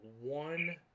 one